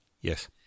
Yes